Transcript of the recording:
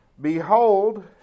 Behold